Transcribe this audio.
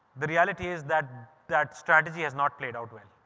the reality is that that strategy has not played out well.